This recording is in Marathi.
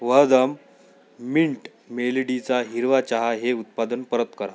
वहदम मिंट मेलडीचा हिरवा चहा हे उत्पादन परत करा